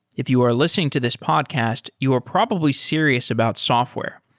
if you are listening to this podcast, you are probably serious about software.